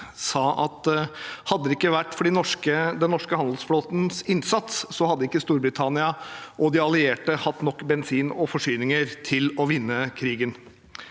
sa at hadde det ikke vært for den norske handelsflåtens innsats, hadde ikke Storbritannia og de allierte hatt nok bensin og forsyninger til å vinne krigen.